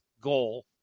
goal